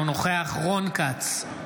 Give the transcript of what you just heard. אינו נוכח רון כץ,